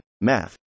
math